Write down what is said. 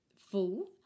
full